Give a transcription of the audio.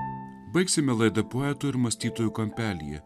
baigsime laidą poetų ir mąstytojų kampelyje